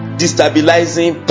destabilizing